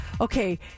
okay